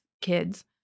kids